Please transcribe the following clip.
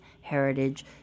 heritage